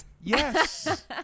Yes